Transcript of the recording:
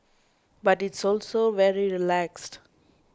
but it's also very relaxed